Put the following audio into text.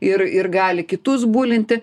ir ir gali kitus bulinti